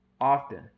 often